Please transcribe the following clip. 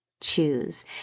choose